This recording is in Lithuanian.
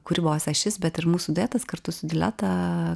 kūrybos ašis bet ir mūsų duetas kartu su dileta